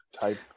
type